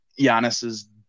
Giannis's